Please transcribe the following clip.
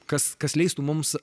kas kas leistų mums